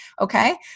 Okay